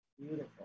Beautiful